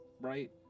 right